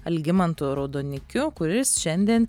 algimantu raudonikiu kuris šiandien